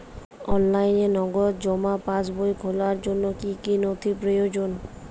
অনলাইনে নগদ জমা পাসবই খোলার জন্য কী কী নথি প্রয়োজন?